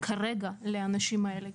כרגע לאנשים האלה?